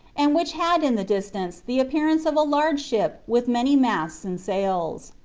and which had in the distance the appearance of a large ship with many masts and sails.